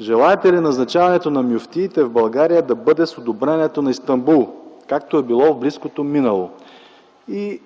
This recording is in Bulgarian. желаете ли назначаването на мюфтиите в България да бъде с одобрението на Истанбул, както е било в близкото минало? И